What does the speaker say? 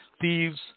thieves